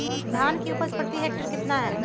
धान की उपज प्रति हेक्टेयर कितना है?